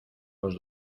los